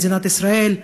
למדינת ישראל,